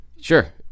Sure